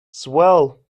swell